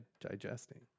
digesting